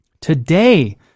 today